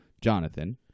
Jonathan